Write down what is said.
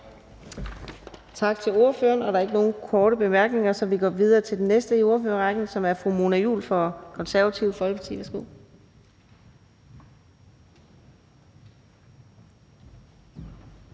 Tak til ordføreren. Der er ikke nogen korte bemærkninger, så vi går videre til den næste ordfører i rækken, som er hr. Peter Kofod fra Dansk Folkeparti.